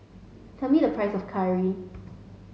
tell me the price of curry